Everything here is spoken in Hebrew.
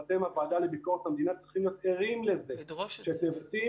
ואתם הוועדה לביקורת המדינה צריכים להיות ערים לזה שאת נבטים